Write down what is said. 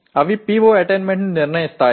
அவர்கள் PO அடைவதை தீர்மானிப்பார்கள்